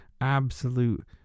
absolute